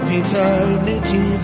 eternity